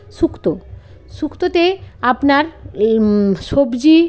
শুক্ত শুক্ততে আপনার সবজি